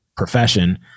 profession